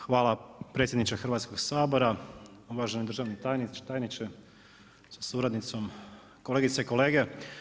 Hvala predsjedniče Hrvatskog sabora, uvaženi državni tajniče sa suradnicom, kolegice i kolege.